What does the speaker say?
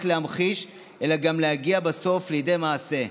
להמחיש אלא גם להגיע בסוף לידי מעשה.